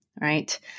right